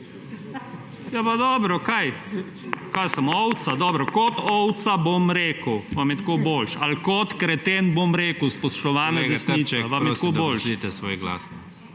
Ja pa dobro, kaj? Kaj sem, ovca? Dobro, kot ovca bom rekel, vam je tako boljše? Ali kot kreten bom rekel, spoštovana desnica, vam je tako boljše?